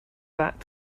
back